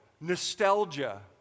nostalgia